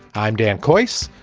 i'm dan course.